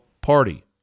party